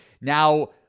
Now